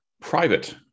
private